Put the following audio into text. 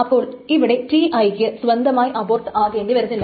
അപ്പോൾ ഇവിടെ Ti ക്ക് സ്വന്തമായി അബോർട്ട് ആകേണ്ടി വരുന്നില്ല